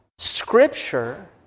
Scripture